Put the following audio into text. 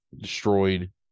destroyed